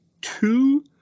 two